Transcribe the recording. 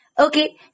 Okay